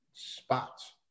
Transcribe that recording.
spots